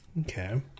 Okay